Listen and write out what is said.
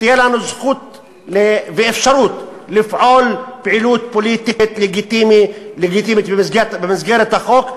שתהיה לנו זכות ואפשרות לפעול פעילות פוליטית לגיטימית במסגרת החוק,